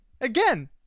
Again